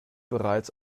bereits